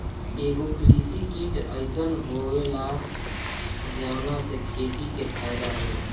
एगो कृषि किट अइसन होएला जवना से खेती के फायदा होला